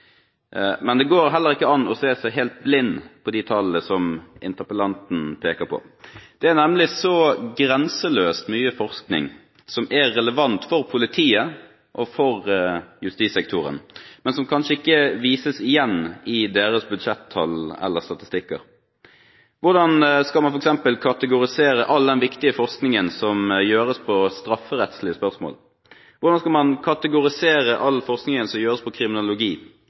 men det går heller ikke an å se seg helt blind på tallene som interpellanten peker på. Det er nemlig så grenseløst mye forskning som er relevant for politiet og justissektoren, men som kanskje ikke vises igjen i deres budsjettall eller statistikker. Hvordan skal man f.eks. kategorisere all den viktige forskningen som gjøres på strafferettslige spørsmål? Hvordan skal man kategorisere all forskningen som gjøres på